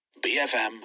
BFM